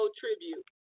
tribute